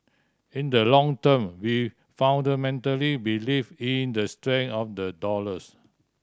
in the long term we fundamentally believe in the strength of the dollars